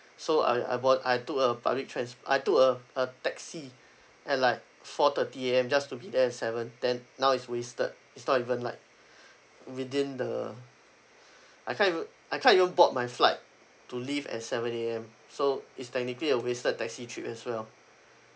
so I I bought I took a public trans~ I took uh a taxi at like four thirty A_M just to be there at seven then now is wasted it's not even like within the I tried to I tried even bought my flight to leave at seven A_M so it's technically a wasted taxi trip as well